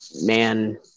Man